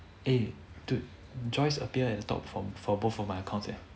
eh dude joyce appear at the top for for both of my accounts eh